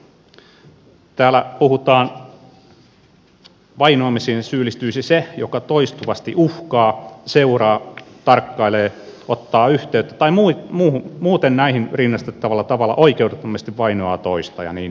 täällä puhutaan että vainoamiseen syyllistyisi se joka toistuvasti uhkaa seuraa tarkkailee ottaa yhteyttä tai muuten näihin rinnastettavalla tavalla oikeudettomasti vainoaa toista ja niin edelleen